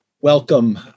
welcome